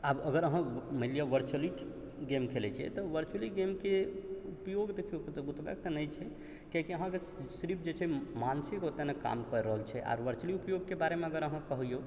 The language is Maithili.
आब अगर अहाँ मानि लिअ वर्चूअली गेम खेलै छियै तऽ वर्चूअली गेमके उपयोग देखियौ ओतबा केनाइ छै किएक कि अहाँ अगर सिर्फ जे छै मानसिक रूपे नहि काम कऽ रहल छियै आओर वर्चूअली उपयोगके बारे अगर अहाँ कहियौ